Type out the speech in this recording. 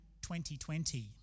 2020